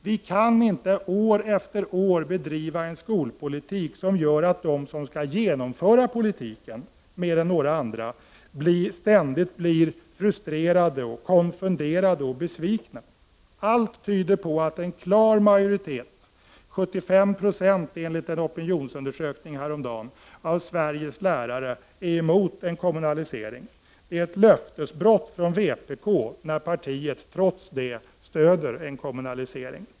Vi kan inte år efter år bedriva en skolpolitik som gör att de som skall genomföra politiken mer än några andra ständigt blir frustrerade, konfunderade och besvikna. Allt tyder på att en klar majoritet, 75 20 enligt en opinionsundersökning häromdagen, av Sveriges lärare är emot en kommunalisering. Det är ett löftesbrott från vpk när partiet trots det stöder en kommunalisering.